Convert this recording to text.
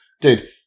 Dude